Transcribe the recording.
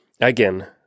again